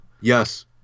Yes